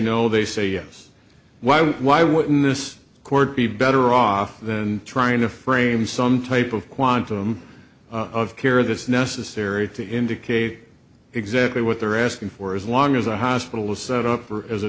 no they say yes why would why would this court be better off than trying to frame some type of quantum of care that's necessary to indicate exactly what they're asking for as long as the hospital is set up or is a